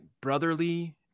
brotherly